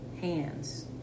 hands